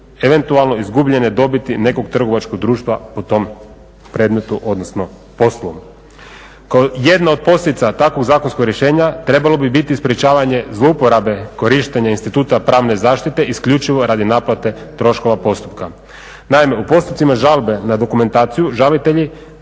eventualno izgubljene dobiti nekog trgovačkog društva po tom predmetu, odnosno poslu. Kao jedno od posljedica takvog zakonskog rješenja trebalo bi biti sprječavanje zlouporabe korištenja instituta pravne zaštite isključivo radi naplate troškova postupka. Naime, u postupcima žalbe na dokumentaciju žalitelji